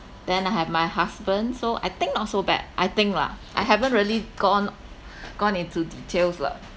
then I have my husband so I think not so bad I think lah I haven't really gone gone into details lah